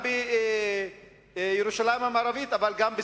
גם בירושלים המערבית אבל גם בסילואן.